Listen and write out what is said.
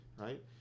right